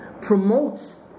Promotes